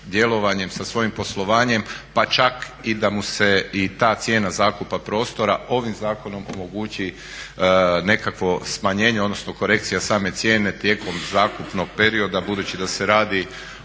djelovanjem, sa svojim poslovanjem pa čak i da mu se i ta cijena zakupa prostora ovim zakonom omogući nekakvo smanjenje, odnosno korekcija same cijene tijekom zakupnog perioda budući da se radi